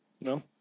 No